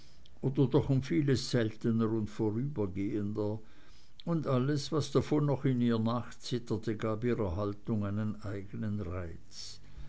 oder doch um vieles seltener und vorübergehender und alles was davon noch in ihr nachzitterte gab ihrer haltung einen eigenen reiz